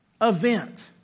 event